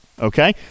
Okay